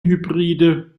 hybride